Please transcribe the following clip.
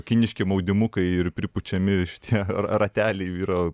kiniški maudymukai ir pripučiami šitie rateliai yra